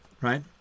Right